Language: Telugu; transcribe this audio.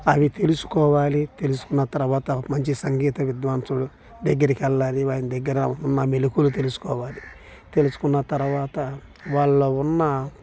అవి తెలుసుకోవాలి తెలుసుకున్న తరువాత మంచి సంగీత విద్వాంసుడి దగ్గరికి వెళ్ళాలి ఆయన దగ్గర మెళుకువలు తెలుసుకోవాలి తెలుసుకున్న తరువాత వాళ్ళ ఉన్న